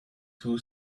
two